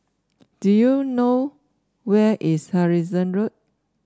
do you know where is Harrison Road